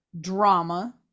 drama